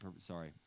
Sorry